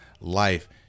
life